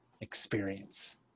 experience